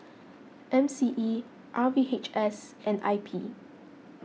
M C E R V H S and I P